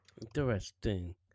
Interesting